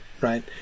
right